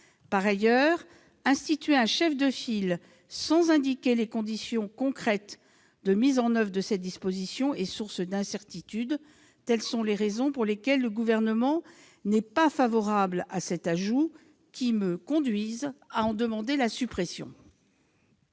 Par ailleurs, instituer un chef de file, sans indiquer les conditions concrètes de mise en oeuvre de cette disposition, est source d'incertitudes. Telles sont les raisons pour lesquelles le Gouvernement n'est pas favorable à cet ajout, dont il demande la suppression.